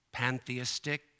pantheistic